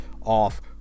off